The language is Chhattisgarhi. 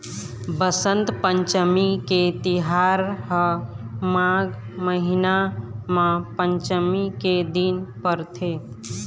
बसंत पंचमी के तिहार ह माघ महिना म पंचमी के दिन परथे